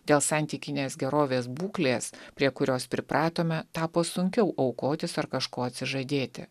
dėl santykinės gerovės būklės prie kurios pripratome tapo sunkiau aukotis ar kažko atsižadėti